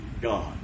God